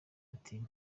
ati